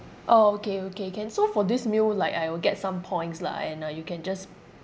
orh okay okay can so for this meal like I will get some points lah and uh you can just